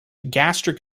gastric